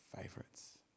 favorites